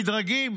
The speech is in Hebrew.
מדרגים: